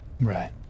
Right